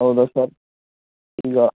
ಹೌದಾ ಸರ್ ಈಗ